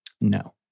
No